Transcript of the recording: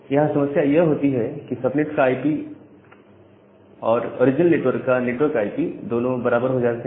यहां समस्या यह होती है कि सबनेट का नेटवर्क आईपी और ओरिजिनल नेटवर्क का नेटवर्क आईपी दोनों बराबर हो जाते हैं